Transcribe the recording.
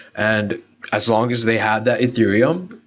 and as long as they had that ethereum,